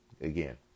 Again